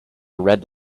red